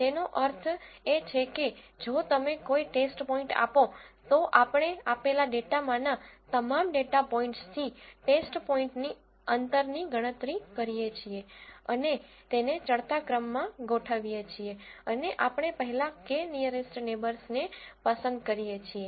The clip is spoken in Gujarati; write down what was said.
તેનો અર્થ એ છે કે જો તમે કોઈ ટેસ્ટ પોઈન્ટ આપો તો આપણે આપેલા ડેટામાંના તમામ ડેટા પોઇન્ટ્સથી ટેસ્ટ પોઈન્ટની અંતરની ગણતરી કરીએ છીએ અને તેને ચડતા ક્રમમાં ગોઠવીએ છીએ અને આપણે પહેલા k નીઅરેસ્ટ નેબર્સને પસંદ કરીએ છીએ